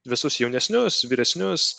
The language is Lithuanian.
visus jaunesnius vyresnius